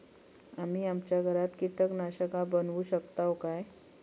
आम्ही आमच्या घरात कीटकनाशका बनवू शकताव काय?